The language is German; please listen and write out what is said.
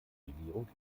regierung